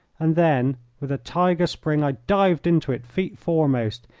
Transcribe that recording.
and then with a tiger spring i dived into it feet foremost,